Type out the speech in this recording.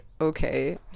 okay